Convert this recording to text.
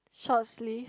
short sleeve